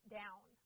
down